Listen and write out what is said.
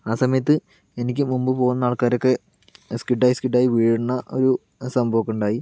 ആ സമയത്ത് എനിക്ക് മുമ്പ് പോകുന്ന ആൾക്കാരൊക്കെ സ്കിഡായി സ്കിഡായി വീഴുന്ന ഒരു സംഭവമൊക്കെ ഉണ്ടായി